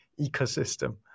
ecosystem